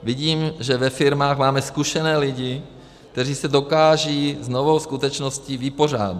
Vidím, že ve firmách máme zkušené lidi, kteří se dokážou s novou skutečností vypořádat.